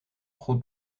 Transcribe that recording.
goed